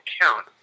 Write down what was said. count